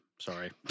Sorry